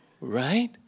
right